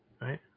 Right